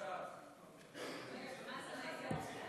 מה זה נגד?